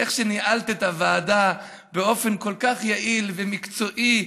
איך ניהלת את הוועדה באופן כל כך יעיל ומקצועי.